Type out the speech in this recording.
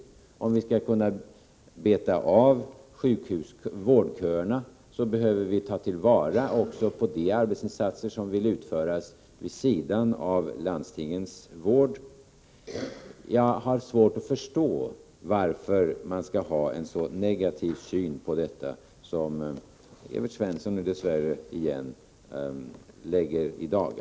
Om vi skall kunna förkorta vårdköerna, behöver vi ta till vara också de arbetsinsatser som läkarna vill utföra vid sidan av landstingens vård. Jag har svårt att förstå varför man skall ha en så negativ syn på detta som Evert Svensson dess värre igen lägger i dagen.